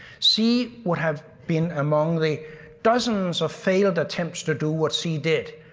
c would have been among the dozens of failed attempts to do what c did,